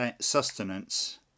sustenance